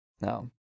No